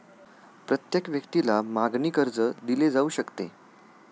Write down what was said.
प्रत्येक व्यक्तीला मागणी कर्ज दिले जाऊ शकते